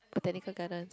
botanical gardens